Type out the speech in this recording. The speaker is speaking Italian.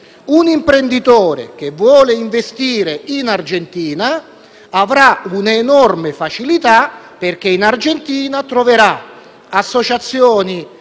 Un imprenditore che voglia investire in Argentina avrà un'enorme facilità, perché lì troverà associazioni